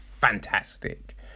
fantastic